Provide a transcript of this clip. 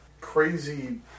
crazy